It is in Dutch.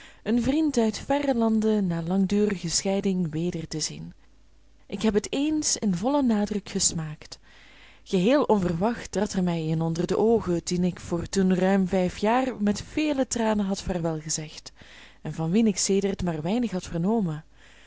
een vriend uit verre landen na langdurige scheiding weder te zien ik heb het eens in vollen nadruk gesmaakt geheel onverwacht trad er mij een onder de oogen dien ik voor toen ruim vijf jaar met vele tranen had vaarwel gezegd en van wien ik sedert maar weinig had vernomen